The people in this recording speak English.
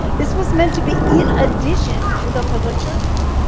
this was meant to be in addition to the public charge rule.